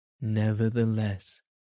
Nevertheless